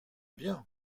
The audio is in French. bien